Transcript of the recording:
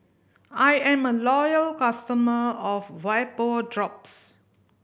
I am a loyal customer of Vapodrops